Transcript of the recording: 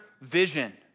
vision